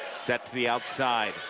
set to the outside.